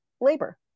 labor